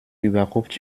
überhaupt